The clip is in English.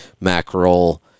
mackerel